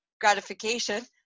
gratification